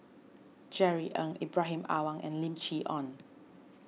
Jerry Ng Ibrahim Awang and Lim Chee Onn